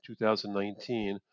2019